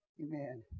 Amen